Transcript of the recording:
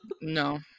No